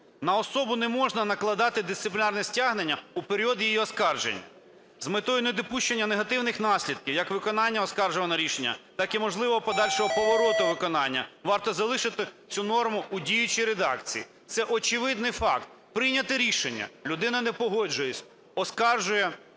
На особу не можна накладати дисциплінарне стягнення у період її оскарження. З метою недопущення негативних наслідків, як виконання оскаржуваного рішення, так і можливого подальшого повороту виконання варто залишити цю норму у діючій редакції. Це очевидний факт. Прийняте рішення, людина не погоджується, оскаржує